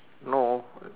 no